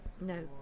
no